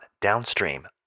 downstream